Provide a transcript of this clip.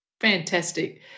Fantastic